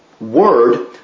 word